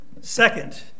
Second